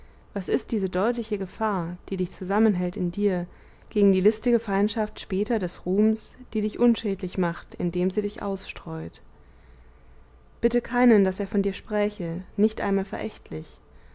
was ist diese deutliche gefahr die dich zusammenhält in dir gegen die listige feindschaft später des ruhms die dich unschädlich macht indem sie dich ausstreut bitte keinen daß er von dir spräche nicht einmal verächtlich